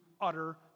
utter